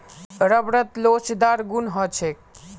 रबरत लोचदार गुण ह छेक